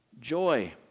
joy